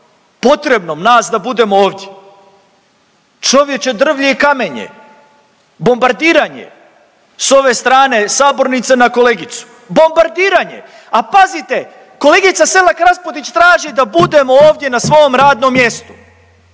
potrebnom nas da budemo ovdje. Čovječe drvlje i kamenje, bombardiranje s ove strane sabornice na kolegicu, bombardiranje, a pazite kolegica Selak Raspudić traži da budemo ovdje na svom radnom mjestu,